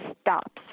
stops